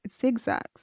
zigzags